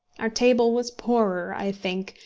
our table was poorer, i think,